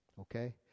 Okay